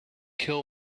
kill